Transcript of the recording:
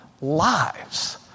lives